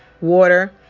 water